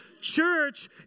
church